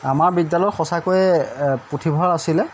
আমাৰ বিদ্যালয়ত সঁচাকৈয়ে পুথিভঁৰাল আছিলে